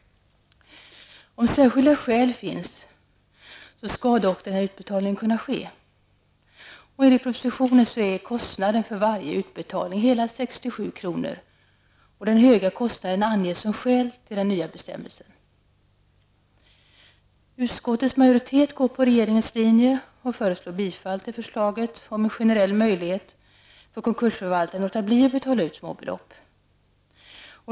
Om särskilda skäl finns skall dock utbetalning kunna ske. Enligt propositionen är kostnaden för varje utbetalning hela 67 kr. Den höga kostnaden anges som skäl till den nya bestämmelsen. Utskottets majoritet går på regeringens linje och föreslår bifall till förslaget om en generell möjlighet för konkursförvaltaren att låta bli att betala ut små belopp.